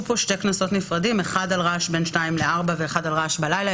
פה שני קנסות נפרדים אחד על רעש בין שתיים לארבע ואחד על רעש בלילה.